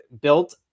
built